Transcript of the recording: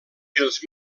els